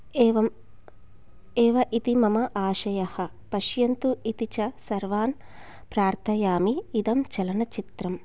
एवम् एव इति मम आशयः पश्यन्तु इति च सर्वान् प्रार्थयामि इदं चलनचित्रं